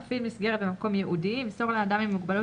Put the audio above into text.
מפעיל מסגרת במקום ייעודי ימסור לאדם עם מוגבלות